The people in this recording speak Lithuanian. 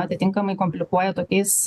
atitinkamai komplikuoja tokiais